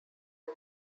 one